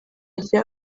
rya